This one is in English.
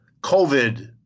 COVID